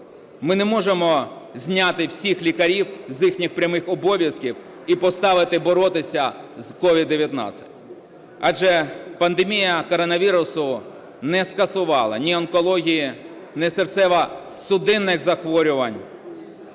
Ми не можемо зняти всіх лікарів з їхніх прямих обов'язків і поставити боротися з COVID-19, адже пандемія коронавірусу не скасувала ні онкології, ні серцево-судинних захворювань,